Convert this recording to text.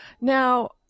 Now